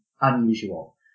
unusual